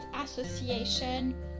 association